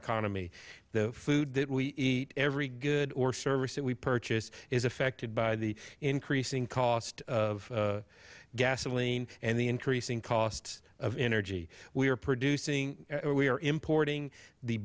economy the food that we eat every good or service that we purchase is affected by the increasing cost of gasoline and the increasing costs of energy we are producing we are importing the